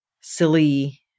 silly